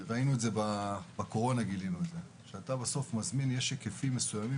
ראינו בקורונה שכשאתה מזמין יש היקפים מסוימים